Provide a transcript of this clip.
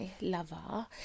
lover